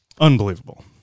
unbelievable